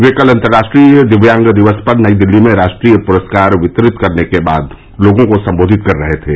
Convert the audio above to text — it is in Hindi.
ये कल अंतर्राष्ट्रीय दिव्यांगजन दिवस पर नई दिल्ली में राष्ट्रीय पुरस्कार वितरित करने के बाद लोगों को संबोधित कर रहे थे